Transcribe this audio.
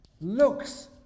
looks